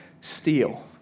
steal